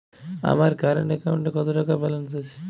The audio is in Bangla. আমার কারেন্ট অ্যাকাউন্টে কত টাকা ব্যালেন্স আছে?